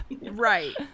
Right